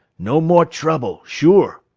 no more trouble, sure.